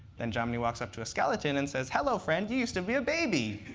then jomny walks up to a skeleton and says, hello, friend. you used to be a baby.